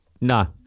No